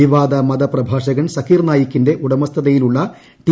വിവാദ മതപ്രഭാഷകൻ സക്കീർ നായിക്കിന്റെ ഉടമസ്ഥതയിലുള്ള ടി